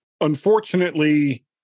unfortunately